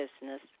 business